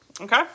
okay